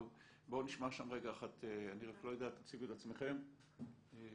בבקשה, תציגו את עצמכן בבקשה.